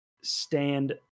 stand